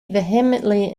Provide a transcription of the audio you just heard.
vehemently